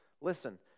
Listen